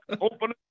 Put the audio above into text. open